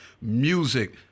music